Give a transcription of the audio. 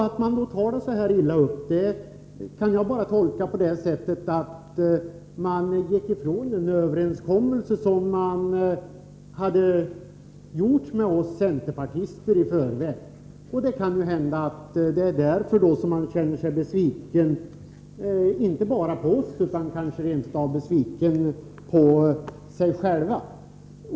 Att man tar så här illa upp kan jag bara förklara med att man gick ifrån den överenskommelse som man i förväg träffat med oss centerpartister. Det kan hända att det är av den anledningen man känner sig besviken, inte bara på oss utan kanske rent av på sig själv.